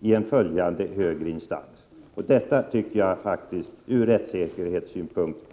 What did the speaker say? i en följande högre instans. Det är faktiskt ett mycket allvarligt förslag från rättssäkerhetssynpunkt.